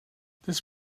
this